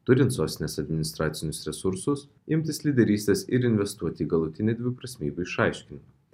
turint sostinės administracinius resursus imtis lyderystės ir investuoti į galutinį dviprasmybių išaiškinimą